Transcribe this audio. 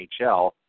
NHL